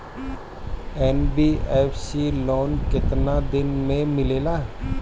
NBFC loan केतना दिन मे मिलेला?